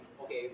okay